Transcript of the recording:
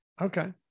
okay